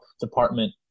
department